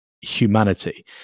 humanity